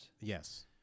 Yes